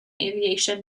aviation